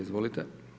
Izvolite.